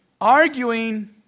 arguing